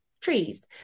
trees